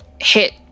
hit